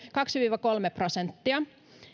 kaksi viiva kolme prosenttia